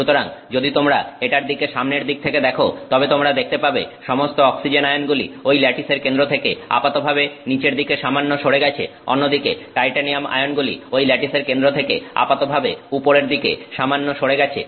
সুতরাং যদি তোমরা এটার দিকে সামনের দিক থেকে দেখো তবে তোমরা দেখতে পাবে সমস্ত অক্সিজেন আয়নগুলি ঐ ল্যাটিসের কেন্দ্র থেকে আপাতভাবে নিচের দিকে সামান্য সরে গেছে অন্যদিকে টাইটানিয়াম আয়নগুলি ঐ ল্যাটিসের কেন্দ্র থেকে আপাতভাবে উপরের দিকে সামান্য সরে গেছে